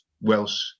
Welsh